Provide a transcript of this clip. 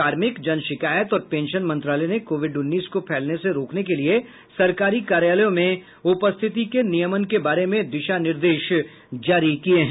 कार्मिक जन शिकायत और पेंशन मंत्रालय ने कोविड उन्नीस को फैलने से रोकने के लिए सरकारी कार्यालयों में उपस्थिति के नियमन के बारे में दिशा निर्देश जारी किये हैं